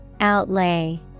Outlay